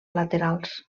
laterals